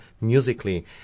musically